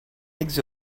eggs